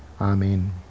Amen